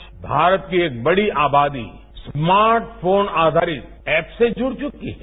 आज भारत की एक बड़ी आबादी स्मार्ट फोन आधारित ऐप से जुड़ चुकी है